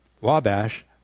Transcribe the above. Wabash